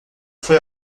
foi